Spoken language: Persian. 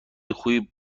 خوبی